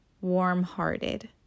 warm-hearted